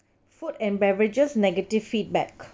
food and beverages negative feedback